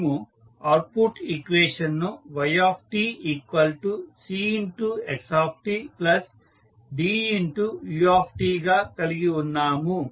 మనము output equation ను ytCxtDut గా కలిగి ఉన్నాము